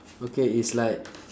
okay it's like